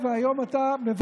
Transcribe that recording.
ככה אתה מדבר